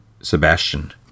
Sebastian